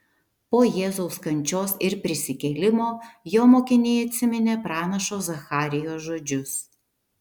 po jėzaus kančios ir prisikėlimo jo mokiniai atsiminė pranašo zacharijo žodžius